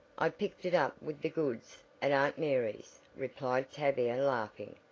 i picked it up with the goods at aunt mary's, replied tavia laughing,